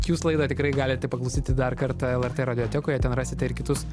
jūs laidą tikrai galite paklausyti dar kartą lrt radiotekoje ten rasite ir kitus